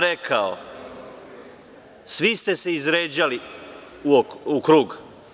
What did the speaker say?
Rekao sam, svi ste se izređali u krug.